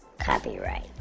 copyright